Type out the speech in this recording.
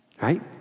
Right